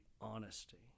honesty